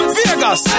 Vegas